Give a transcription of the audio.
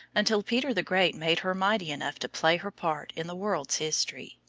until peter the great made her mighty enough to play her part in the world's history.